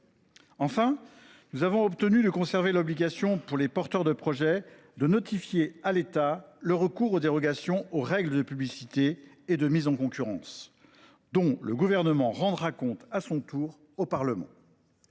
outre, nous avons obtenu de conserver l’obligation pour les porteurs de projet de notifier à l’État le recours aux dérogations aux règles de publicité et de mise en concurrence, dont le Gouvernement rendra compte à son tour au Parlement.